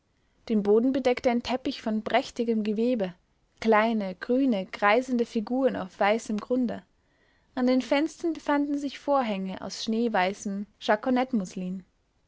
den boden bedeckte ein teppich von prächtigem gewebe kleine grüne kreisende figuren auf weißem grunde an den fenstern befanden sich vorhänge aus schneeweißem